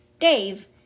Dave